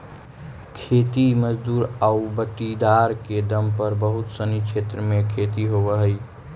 खेतिहर मजदूर आउ बटाईदार के दम पर बहुत सनी क्षेत्र में खेती होवऽ हइ